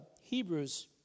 Hebrews